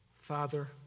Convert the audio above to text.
father